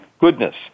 goodness